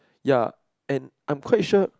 ya and I'm quite sure